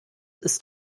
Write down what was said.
ist